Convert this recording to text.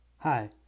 Hi